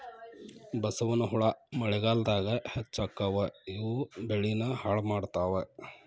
ಬಸವನಹುಳಾ ಮಳಿಗಾಲದಾಗ ಹೆಚ್ಚಕ್ಕಾವ ಇವು ಬೆಳಿನ ಹಾಳ ಮಾಡತಾವ